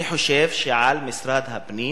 אני חושב שעל משרד הפנים